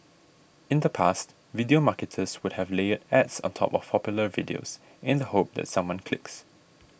in the past video marketers would have layered ads on top of popular videos in the hope that someone clicks